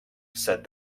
said